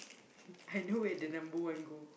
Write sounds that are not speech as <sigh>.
<laughs> I know where the number one go